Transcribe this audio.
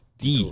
Die